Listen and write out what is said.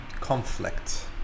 conflict